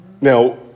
Now